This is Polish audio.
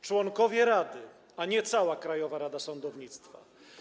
Członkowie rady, a nie cała Krajowa Rada Sądownictwa.